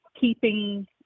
keeping